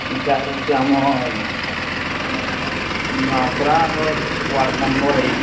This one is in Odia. ୟିଟା ହେଉଛି ଆମର ନୂଆପଡ଼ାର ୱାର୍ଡ଼ ନମ୍ୱର ଏକ ନୂଆପଡ଼ାର ୱାର୍ଡ଼ ନମ୍ୱର ଏକ